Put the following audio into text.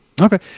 okay